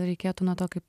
reikėtų nuo to kai